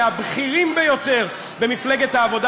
מהבכירים ביותר של מפלגת העבודה,